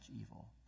evil